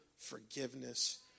forgiveness